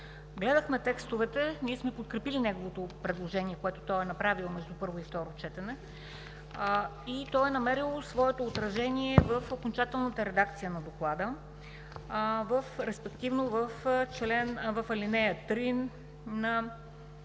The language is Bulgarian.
гледахме текстовете, ние сме подкрепили неговото предложение, което е направил между първо и второ четене. То е намерило своето отражение в окончателната редакция на Доклада, респективно в ал. 3 на чл. 14, т.